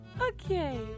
okay